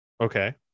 Okay